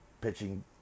pitching